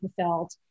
fulfilled